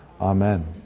Amen